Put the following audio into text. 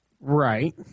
Right